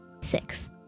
Six